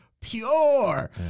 pure